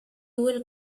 will